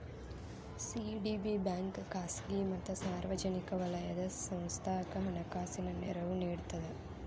CDB bank ಖಾಸಗಿ ಮತ್ತ ಸಾರ್ವಜನಿಕ ವಲಯದ ಸಂಸ್ಥಾಕ್ಕ ಹಣಕಾಸಿನ ನೆರವು ನೇಡ್ತದ